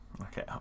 Okay